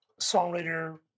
songwriter